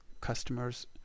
customers